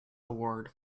award